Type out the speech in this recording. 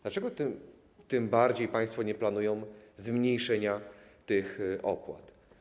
Dlaczego tym bardziej państwo nie planują zmniejszenia tych opłat?